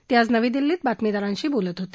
ते आज नवी दिल्लीत बातमीदाराशी बोलत होते